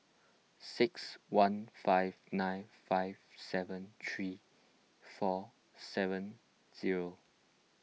six one five nine five seven three four seven zero